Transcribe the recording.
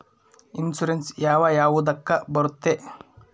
Insurance ಯಾವ ಯಾವುದಕ್ಕ ಬರುತ್ತೆ?